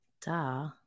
Duh